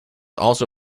also